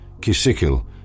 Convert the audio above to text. Kisikil